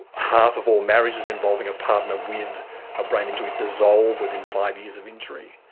half of all marriages involving a partner with a brain injury dissolves within five years of injury.